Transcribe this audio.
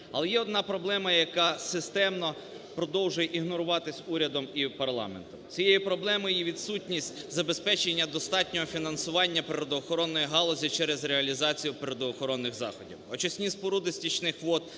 Але є одна проблема, яка системно продовжує ігноруватись урядом і парламентом. Цією проблемою є відсутність забезпечення достатнього фінансування природоохоронної галузі через реалізацію природоохоронних заходів. Очисні споруди стічних вод,